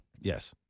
Yes